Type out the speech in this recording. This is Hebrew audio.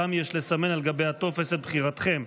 שם יש לסמן על גבי הטופס את בחירתכם.